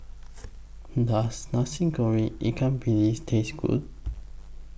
Does Nasi Goreng Ikan Bilis Taste Good